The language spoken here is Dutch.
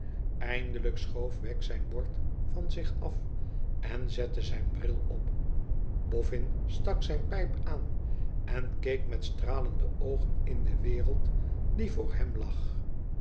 eindelijk schoof wegg zijn bord van zich af en zette zijn bril op bofïïn stak zijn pijp aan en keek met stralende oogen in de wereld die voor hem lag